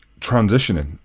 transitioning